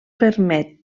permet